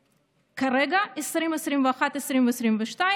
כרגע, 2021 2022,